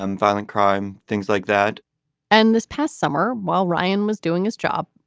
um violent crime, things like that and this past summer, while ryan was doing his job,